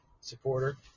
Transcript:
supporter